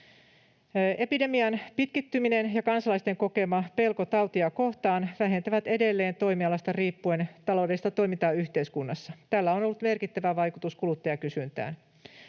Epidemian pitkittyminen ja kansalaisten kokema pelko tautia kohtaan vähentävät edelleen toimialasta riippuen taloudellista toimintaa yhteiskunnassa. Tällä on ollut merkittävä vaikutus kuluttajakysyntään.